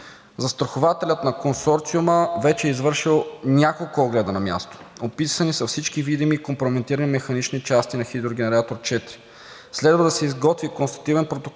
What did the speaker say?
Застрахователят на консорциума вече е извършил няколко огледа на място. Описани са всички видими и компрометирани механични части на хидрогенератор 4. Следва да се изготви констативен протокол